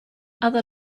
other